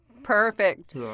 Perfect